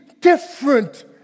different